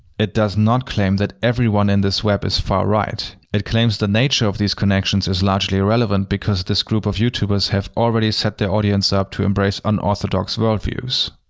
it does not claim that everyone in this web is far-right. it claims the nature of these connections is largely irrelevant, because this group of youtubers has already set their audience up to embrace unorthodox worldviews.